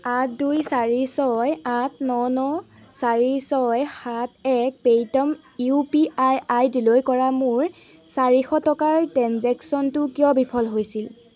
আঠ দুই চাৰি ছয় আঠ ন ন চাৰি ছয় সাত এক Paytm U P I ID লৈ কৰা মোৰ চাৰিশ টকাৰ ট্ৰেঞ্জেক্শ্য়নটো কিয় বিফল হৈছিল